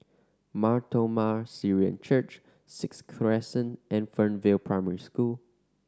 Mar Thoma Syrian Church Sixth Crescent and Fernvale Primary School